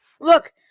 Look